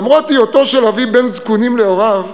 למרות היותו של אבי בן-זקונים להוריו,